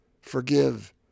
Forgive